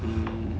hmm